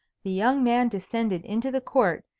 the young man descended into the court,